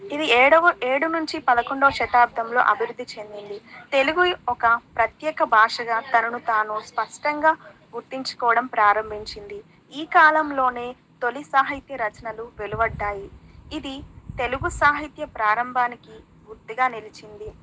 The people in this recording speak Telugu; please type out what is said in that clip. ఇది ఏడవ ఏడు నుంచి పదకొండవ శతాబ్దంలో అభివృద్ధి చెందింది తెలుగు ఒక ప్రత్యేక భాషగా తననుతాను స్పష్టంగా గుర్తించుకోవడం ప్రారంభించింది ఈ కాలంలోనే తొలి సాహిత్య రచనలు వెలువడ్డాయి ఇది తెలుగు సాహిత్య ప్రారంభానికి గుర్తుగా నిలిచింది